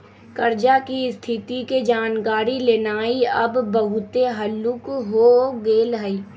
कर्जा की स्थिति के जानकारी लेनाइ अब बहुते हल्लूक हो गेल हइ